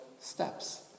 steps